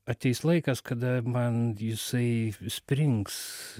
ateis laikas kada man jisai springs